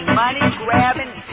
money-grabbing